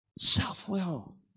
Self-will